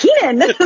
Keenan